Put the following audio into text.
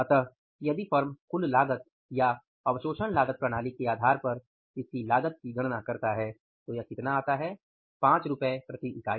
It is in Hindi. अतः यदि फर्म कुल लागत या अवशोषण लागत प्रणाली के आधार पर इसकी लागत की गणना करता है तो यह कितना आता है 5 रु प्रति इकाई